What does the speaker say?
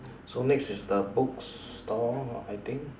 so next is the book store I think